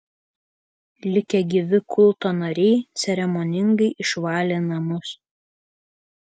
likę gyvi kulto nariai ceremoningai išvalė namus